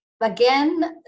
Again